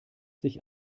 sich